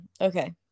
okay